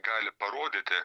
gali parodyti